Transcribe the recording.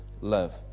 love